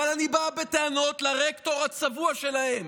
אבל אני בא בטענות לרקטור הצבוע שלהם.